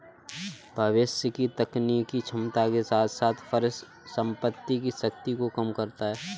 भविष्य की तकनीकी क्षमता के साथ साथ परिसंपत्ति की शक्ति को कम करता है